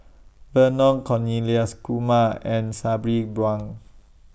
Vernon Cornelius Kumar and Sabri Buang